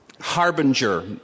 Harbinger